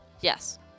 Yes